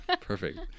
Perfect